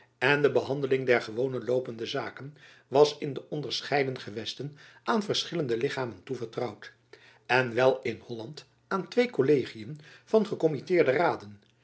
en de behandeling der gewone loopende zaken was in de onderscheiden gewesten aan verschillende lichamen toevertrouwd en wel in holland aan twee kollegiën van gekommitteerde raden